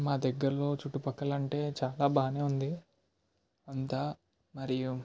మా దగ్గరలో చుట్టుపక్కల అంటే చాలా బాగానే ఉంది అంత మరియు